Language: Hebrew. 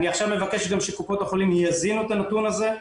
אני עכשיו מבקש שגם קופות החולים יזינו את הנתון הזה,